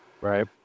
Right